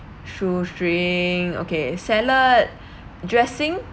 shoe string okay salad dressing